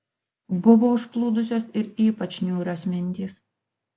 buvo užplūdusios ir ypač niūrios mintys